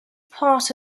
part